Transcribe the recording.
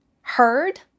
heard